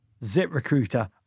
ZipRecruiter